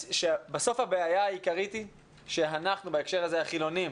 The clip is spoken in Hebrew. בסוף הבעיה העיקרית היא שבהקשר הזה החילוניים